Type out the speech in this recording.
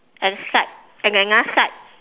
at the side at another side